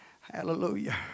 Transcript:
Hallelujah